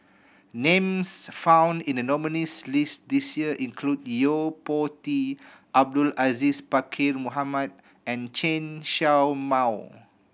names found in the nominees' list this year include Yo Po Tee Abdul Aziz Pakkeer Mohamed and Chen Show Mao